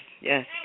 yes